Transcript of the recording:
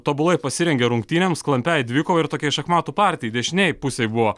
tobulai pasirengė rungtynėms klampiai dvikova ir tokiai šachmatų partijai dešinėj pusėj buvo